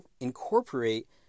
incorporate